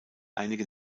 einige